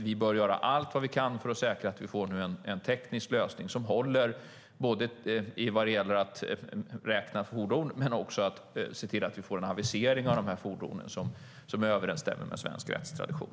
Vi bör göra allt vi kan för att säkra att vi får en teknisk lösning som håller vad gäller både att räkna fordon och att se till att det sker en avisering av fordonen som överensstämmer med svensk rättstradition.